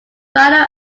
final